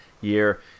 year